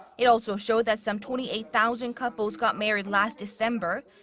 it also showed that some twenty eight thousand couples got married last december.